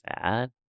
sad